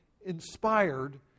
inspired